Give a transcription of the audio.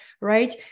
Right